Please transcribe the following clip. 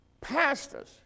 Pastors